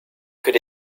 could